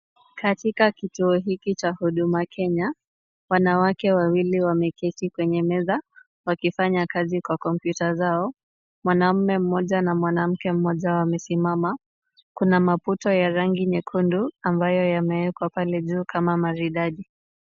Katika kituo hiki cha huduma Kenya, wanawake wawili wameketi kwenye meza wakifanya kazi kwa kompyuta zao. Mwanamume mmoja na mwanamke mmoja wamesimama. Kuna maputo ya rangi nyekundu ambayo yamewekwa pale juu kama maridadi.